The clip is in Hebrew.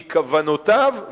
מכוונותיו,